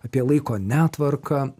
apie laiko netvarką